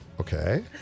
Okay